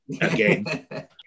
Again